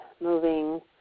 moving